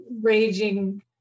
raging